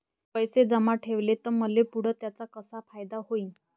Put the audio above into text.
पैसे जमा ठेवले त मले पुढं त्याचा कसा फायदा होईन?